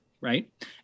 right